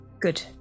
good